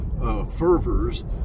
fervors